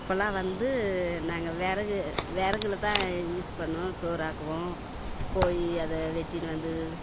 இப்போல்லாம் வந்து நாங்கள் விறகு விறகுல தான் யூஸ் பண்ணுவோம் சோறு ஆக்குவோம் போயி அதை வெட்டின்னு வந்து